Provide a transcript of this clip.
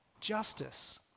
justice